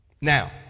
Now